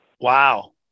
Wow